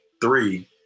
three